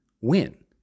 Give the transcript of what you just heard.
win